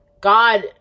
God